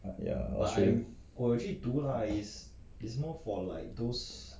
yeah australia